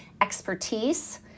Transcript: expertise